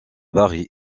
paris